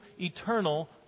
eternal